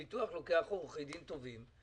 הביטוח לוקח עורכי דין טובים,